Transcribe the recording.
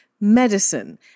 medicine